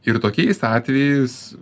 ir tokiais atvejais